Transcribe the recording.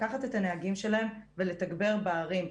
לקחת את הנהגים שלהם ולתגבר בערים.